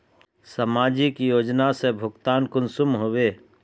समाजिक योजना से भुगतान कुंसम होबे?